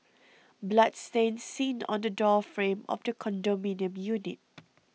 blood stain seen on the door frame of the condominium unit